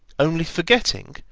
only forgetting,